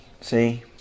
See